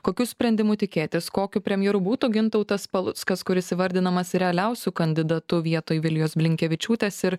kokių sprendimų tikėtis kokiu premjeru būtų gintautas paluckas kuris įvardinamas realiausiu kandidatu vietoj vilijos blinkevičiūtės ir